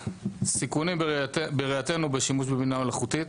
סיכונים בראייתנו בשימוש בבינה מלאכותית: